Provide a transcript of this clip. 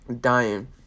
dying